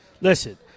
listen